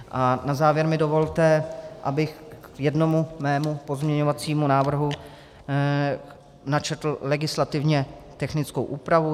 A na závěr mi dovolte, abych k jednomu svému pozměňovacímu návrhu načetl legislativně technickou úpravu.